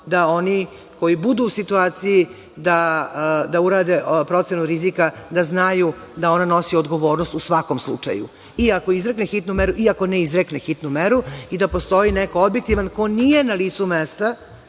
da oni koji budu u situaciji da urade procenu rizika, da znaju da ona nosi odgovornost u svakom slučaju, i ako izrekne hitnu meru i ako ne izrekne hitnu meru, i da postoji neko ko je objektivan, ko nije na licu mesta,